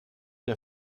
der